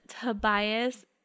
Tobias